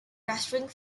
wrestling